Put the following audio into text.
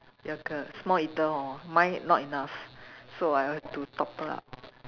your girl small eater hor mine not enough so I have to topple up